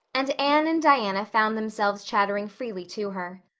and anne and diana found themselves chattering freely to her.